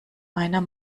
meiner